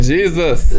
Jesus